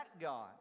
God